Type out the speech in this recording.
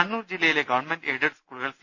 കണ്ണൂർ ജില്ലയിലെ government aided സ്കൂളുകൾ C